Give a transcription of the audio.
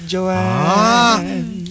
Joanne